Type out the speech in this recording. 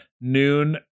noon